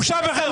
בושה וחרפה.